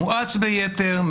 מואץ ביתר,